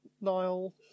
Niall